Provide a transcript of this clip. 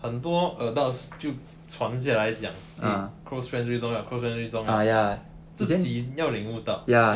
很多 adults 就传下来这样 eh close friends 最重要 close friends 最重要自己要领悟到